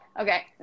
Okay